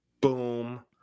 Boom